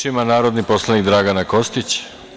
Reč ima narodni poslanik Dragana Kostić.